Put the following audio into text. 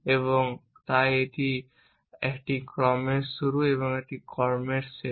এবং তাই এটি একটি কর্মের শুরু এবং এটি কর্মের শেষ